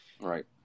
right